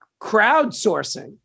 crowdsourcing